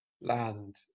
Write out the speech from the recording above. land